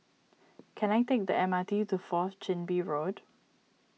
can I take the M RbT to Fourth Chin Bee Road